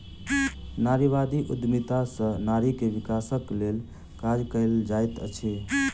नारीवादी उद्यमिता सॅ नारी के विकासक लेल काज कएल जाइत अछि